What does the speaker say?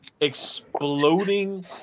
exploding